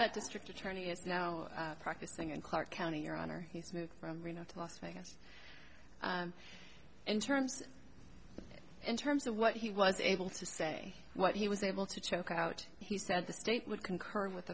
but district attorney is no practicing in clark county your honor he's moved from reno to las vegas in terms in terms of what he was able to say what he was able to choke out he said the state would concur with